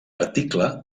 article